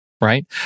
right